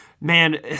Man